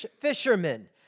fishermen